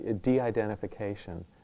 de-identification